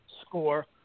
score